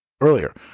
earlier